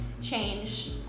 change